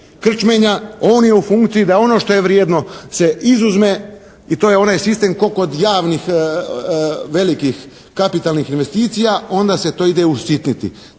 On je u funkciji da ono što je vrijedno se izuzme. I to je onaj sistem ko kod javnih velikih kapitalnih investicija. Onda se to ide usitniti.